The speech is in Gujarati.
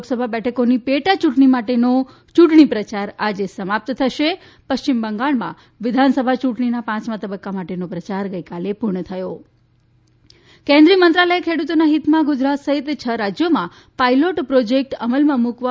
લોકસભા બેઠકોની પેટાચૂંટણી માટેનો ચૂંટણી પ્રચાર આજે સમાપ્ત થશે પશ્ચિમ બંગાળમાં વિધાનસભા ચૂંટણીના પાંચમા તબક્કા માટેનો પ્રચાર ગઈકાલે પૂર્ણ થયો કેન્દ્રીય મંત્રાલયે ખેડૂતોના હિતમાં ગુજરાત સહિત છ રાજ્યોમાં પાયલોટ પ્રોજેક્ટ અમલમાં મૂકવા